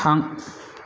थां